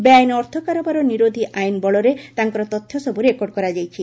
ବେଆଇନ ଅର୍ଥ କାରବାର ନିରୋଧୀ ଆଇନ ବଳରେ ତାଙ୍କର ତଥ୍ୟ ସବୁ ରେକର୍ଡ କରାଯାଇଛି